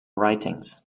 writings